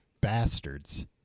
bastards